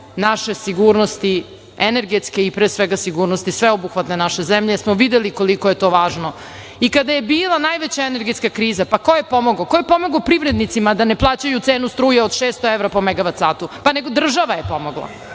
naše sigurnosti energetske i pre svega sigurnosti sveobuhvatne naše zemlje, jer smo videli koliko je to važno. Kada je bila najveća energetska kriza, pa ko je pomogao? Ko je pomogao privrednicima da ne plaćaju cenu struje od 600 evra po megavat satu? Država je pomogla,